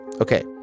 Okay